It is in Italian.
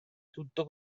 tutto